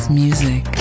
music